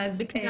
אז ככל